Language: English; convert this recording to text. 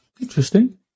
Interesting